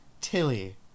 Tilly